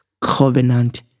covenant